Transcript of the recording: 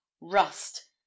rust